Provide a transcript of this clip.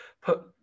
put